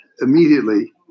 immediately